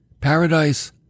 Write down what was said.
paradise